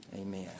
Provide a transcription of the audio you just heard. Amen